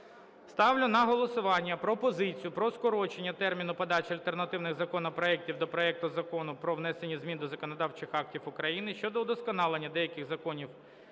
Ставлю на голосування пропозицію про скорочення терміну подачі альтернативних законопроектів до проекту Закону "Про внесення змін до законодавчих актів України щодо вдосконалення деяких механізмів